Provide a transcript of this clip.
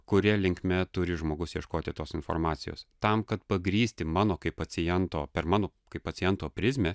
kuria linkme turi žmogus ieškoti tos informacijos tam kad pagrįsti mano kaip paciento per mano kaip paciento prizmę